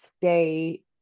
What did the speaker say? stay